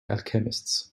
alchemists